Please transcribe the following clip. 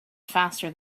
faster